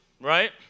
right